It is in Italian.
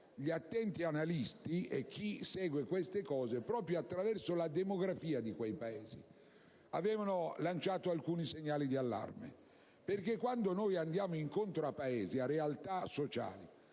gli attenti analisti e chi segue queste cose proprio attraverso la demografia di quei Paesi avevano lanciato alcuni segnali di allarme. Quando andiamo incontro a Paesi, a realtà sociali